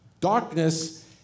Darkness